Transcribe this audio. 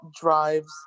drives